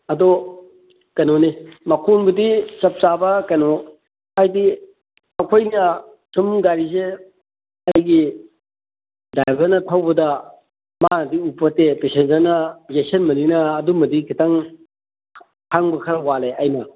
ꯑꯗꯣ ꯀꯩꯅꯣꯅꯤ ꯃꯈꯣꯟꯕꯨꯗꯤ ꯆꯞ ꯆꯥꯕ ꯀꯩꯅꯣ ꯍꯥꯏꯗꯤ ꯑꯩꯈꯣꯏꯅ ꯁꯨꯝ ꯒꯥꯔꯤꯁꯦ ꯑꯩꯒꯤ ꯗ꯭ꯔꯥꯏꯕꯔꯅ ꯊꯧꯕꯗ ꯃꯥꯅꯗꯤ ꯎꯄꯣꯟꯇꯦ ꯄꯦꯁꯦꯟꯖꯔꯅ ꯌꯩꯁꯤꯟꯕꯅꯤꯅ ꯑꯗꯨꯝꯕꯗꯤ ꯈꯤꯇꯪ ꯈꯪꯕ ꯈꯔ ꯋꯥꯠꯂꯦ ꯑꯩꯅ